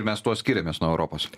mes tuo skiriamės nuo europos